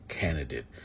candidate